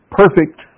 perfect